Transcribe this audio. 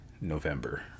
November